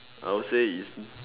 I would say it's